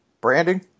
Branding